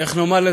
איך נאמר,